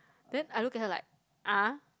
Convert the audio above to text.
then I look at her like ah